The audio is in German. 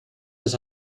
das